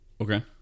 Okay